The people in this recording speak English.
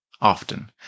often